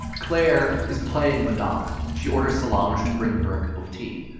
claire is playing madame. she orders solange to bring her a cup of tea.